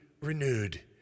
renewed